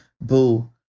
Boo